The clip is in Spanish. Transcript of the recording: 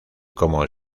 como